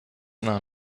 nach